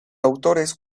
autores